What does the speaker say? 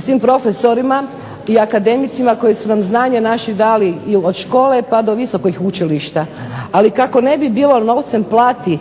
svim profesorima i akademicima koji su nam znanje naše dali i od škole pa do visokih učilišta. Ali kako ne bi bilo novcem plati